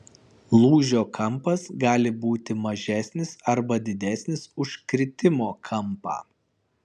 lūžio kampas gali būti mažesnis arba didesnis už kritimo kampą